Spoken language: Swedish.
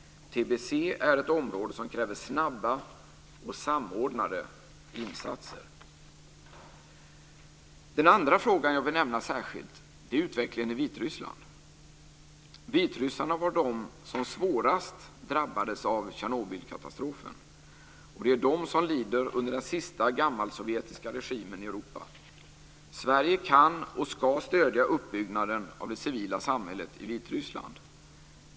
Tbc är ett område som kräver snabba och samordnade insatser. Den andra frågan jag vill nämna särskilt är utvecklingen i Vitryssland. Vitryssarna var de som svårast drabbades av Tjernobylkatastrofen. Det är de som lider under den sista gammalsovjetiska regimen i Europa. Sverige kan och ska stödja uppbyggnaden av det civila samhället i Vitryssland.